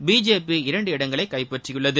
BJP இரண்டு இடங்களை கைப்பற்றியுள்ளது